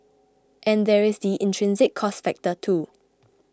and there is the intrinsic cost factor too